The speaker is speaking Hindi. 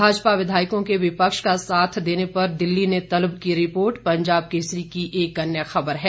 भाजपा विधायकों के विपक्ष का साथ देने पर दिल्ली ने तलब की रिपोर्ट पंजाब केसरी की एक अन्य ख़बर है